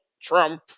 Trump